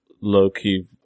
low-key